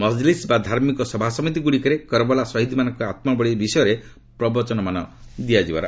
ମଜଲିସ୍ ବା ଧାର୍ମିକ ସଭାସମିତିଗୁଡ଼ିକରେ କରବଲା ଶହୀଦମାନଙ୍କ ଆତ୍ମବଳୀ ବିଷୟରେ ପ୍ରବଚନମାନ ଦିଆଯାଇଥାଏ